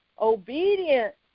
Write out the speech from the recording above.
obedient